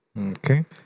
Okay